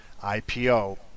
ipo